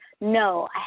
no